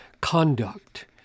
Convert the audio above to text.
conduct